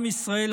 עם ישראל,